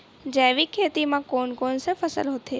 जैविक खेती म कोन कोन से फसल होथे?